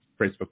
Facebook